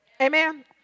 Amen